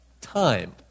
Time